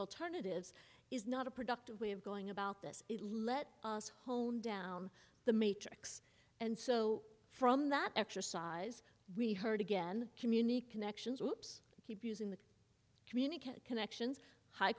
alternatives is not a productive way of going about this let's hone down the matrix and so from that exercise we heard again community connections whoops keep using the communicate connections high